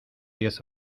diez